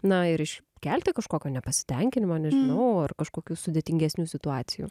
na ir iš kelti kažkokio nepasitenkinimo nežinau ar kažkokių sudėtingesnių situacijų